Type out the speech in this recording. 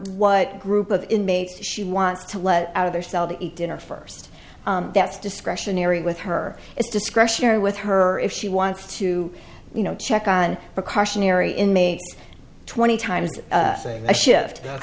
what group of inmates she wants to let out of their cell to eat dinner first that's discretionary with her it's discretionary with her if she wants to you know check on precautionary inmates twenty times a shift i